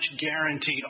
guaranteed